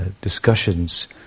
discussions